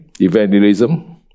Evangelism